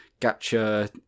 Gacha